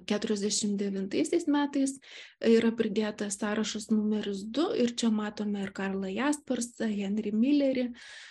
keturiasdešim devintaisiais metais yra pridėtas sąrašas numeris du ir čia matome ir karlą jaspersą henrį milerį